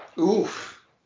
Oof